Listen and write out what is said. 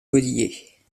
godiller